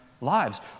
lives